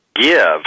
give